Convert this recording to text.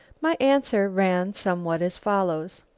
my answer ran somewhat as follows